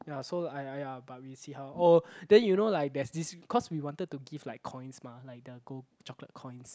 ya so !aiya! ya but we see how oh then you know like there's this cause we wanted to give like coins mah like the gold chocolate coins